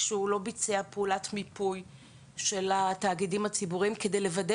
שהוא לא ביצע פעולת מיפוי של התאגידים הציבוריים כדי לוודא